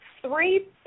three